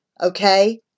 okay